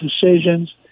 decisions